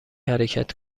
حرکت